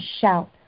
shout